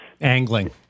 Angling